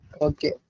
Okay